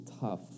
tough